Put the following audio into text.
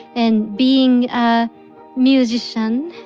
and being a musician,